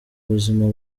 buzima